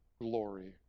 glory